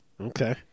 Okay